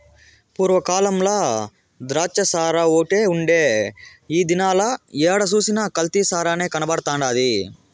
పూర్వ కాలంల ద్రాచ్చసారాఓటే ఉండే ఈ దినాల ఏడ సూసినా కల్తీ సారనే కనబడతండాది